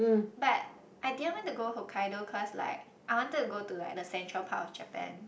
but I didn't want to go Hokkaido cause like I wanted to go to like the central part of Japan